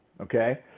Okay